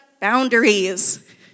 boundaries